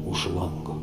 už lango